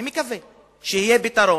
אני מקווה שיהיה פתרון,